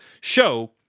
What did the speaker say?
show